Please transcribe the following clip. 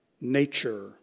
nature